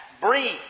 Breathe